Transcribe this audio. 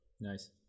Nice